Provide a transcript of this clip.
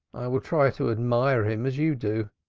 will try to admire him as you do.